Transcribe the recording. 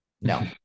No